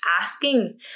asking